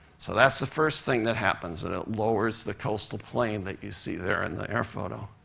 so that's the first thing that happens, and it lowers the coastal plain that you see there in the air photo.